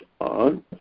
on